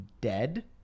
dead